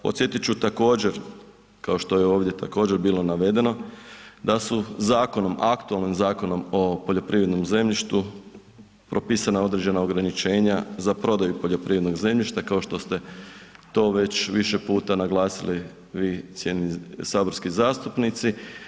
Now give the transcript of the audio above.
Podsjetit ću također, kao što je ovdje također, bilo navedeno, da su zakonom, aktualnim Zakonom o poljoprivrednom zemljištu propisana određena ograničenja za prodaju poljoprivrednog zemljišta, kao što ste to već više puta naglasili vi cijenjeni saborski zastupnici.